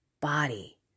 body